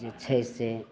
ने छै से